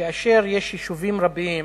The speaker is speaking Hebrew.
כאשר יש יישובים רבים